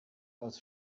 aus